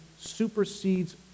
supersedes